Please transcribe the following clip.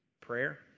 Prayer